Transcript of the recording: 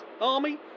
army